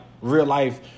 real-life